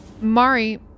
Mari